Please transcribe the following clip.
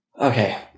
Okay